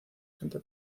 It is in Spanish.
santa